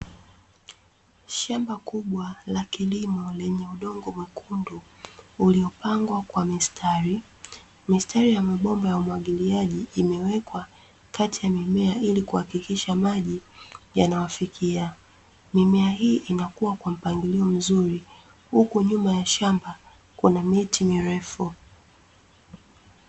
Shamba kubwa la kilimo lenye udongo mwekundu uliopangwa kwa mistari. Mistari ya mabomba ya umwagiliaji imewekwa kati ya mimea ili kuhakikisha maji yanawafikia. Mimea hii inakua kwa mpangilio mzuri huku nyuma ya shamba kuna miti mirefu.